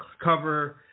cover